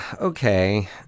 okay